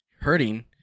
hurting